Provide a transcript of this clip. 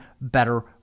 better